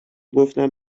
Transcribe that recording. گفتم